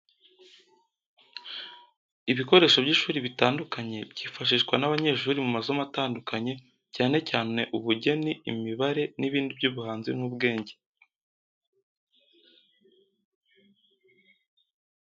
Ibikoresho by'ishuri bitandukanye byifashishwa n'abanyeshuri mu masomo atandukanye, cyane cyane ubugeni, imibare, n'ibindi by’ubuhanzi n’ubwenge.